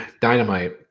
Dynamite